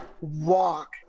walk